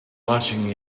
watching